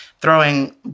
throwing